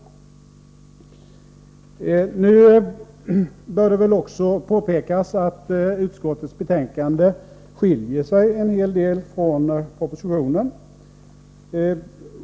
Nu bör det påpekas att utskottets betänkande skiljer sig en hel del från propositionen.